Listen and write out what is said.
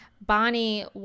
Bonnie